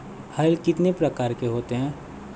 हल कितने प्रकार के होते हैं?